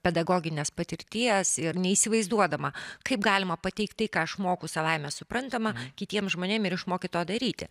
pedagoginės patirties ir neįsivaizduodama kaip galima pateikt tai ką aš moku savaime suprantama kitiem žmonėm ir išmokyti to daryti